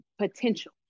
potential